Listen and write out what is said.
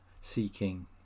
seeking